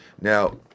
Now